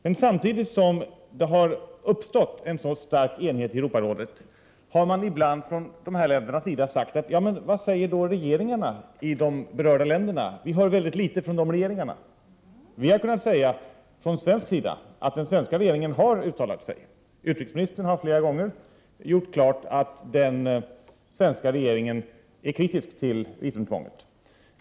Men samtidigt som det har uppstått en sådan stark enighet i Europarådet har man ibland från de här ländernas sida sagt: Men vad säger då regeringarna i de berörda länderna, vi hör väldigt litet från de regeringarna. Vi har från svensk sida kunnat säga att regeringen har uttalat sig. Utrikesmi nistern har flera gånger gjort klart att den svenska regeringen är kritisk mot visumtvånget.